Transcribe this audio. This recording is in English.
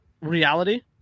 reality